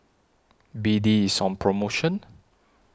B D IS on promotion